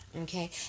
Okay